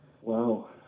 Wow